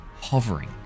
hovering